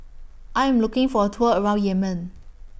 I Am looking For A Tour around Yemen